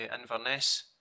Inverness